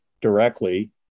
directly